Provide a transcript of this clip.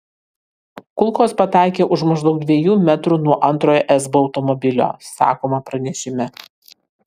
kulkos pataikė už maždaug dviejų metrų nuo antrojo esbo automobilio sakoma pranešime